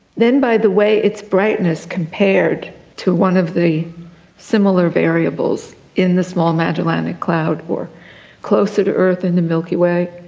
then by the way its brightness compared to one of the similar variables in the small magellanic cloud were closer to earth than the milky way,